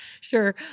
Sure